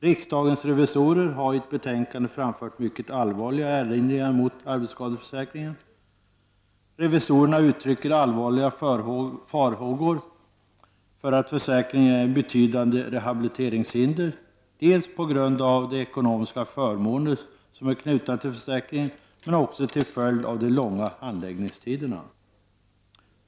Riksdagens revisorer har i ett betänkande framfört mycket allvarliga erinringar mot arbetsskadeförsäkringen. Revisorerna uttrycker allvarliga farhågor för att försäkringen är ett betydande rehabiliteringshinder, dels på grund av de ekonomiska förmåner som är knutna till försäkringen, dels på grund av de långa handläggningsstiderna.